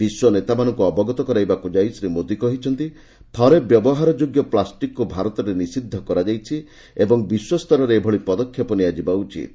ବିଶ୍ୱ ନେତାମାନଙ୍କୁ ଅବଗତ କରାଇବାକୁ ଯାଇ ଶ୍ରୀ ମୋଦୀ କହିଛନ୍ତି ଥରେ ବ୍ୟବହାର ଯୋଗ୍ୟ ପ୍ଲାଷ୍ଟିକ୍କୁ ଭାରତରେ ନିଶିଦ୍ଧ କରାଯାଇଛି ଏବଂ ବିଶ୍ୱ ସ୍ତରରେ ଏଭଳି ପଦକ୍ଷେପ ନିଆଯିବା ଉଚିତ୍